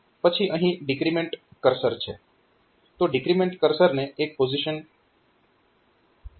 પછી અહીં decrement cursor સંદર્ભ સમય 0507 છે